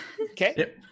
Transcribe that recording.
Okay